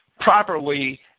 Properly